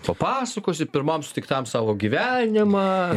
papasakosi pirmam sutiktam savo gyvenimą